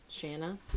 Shanna